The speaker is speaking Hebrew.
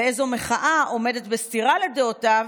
ואיזו מחאה עומדת בסתירה לדעותיו,